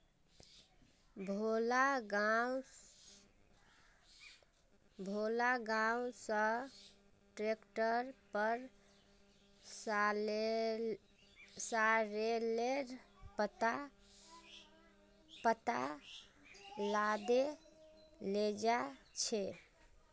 भोला गांव स ट्रैक्टरेर पर सॉरेलेर पत्ता लादे लेजा छ